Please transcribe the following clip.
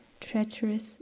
treacherous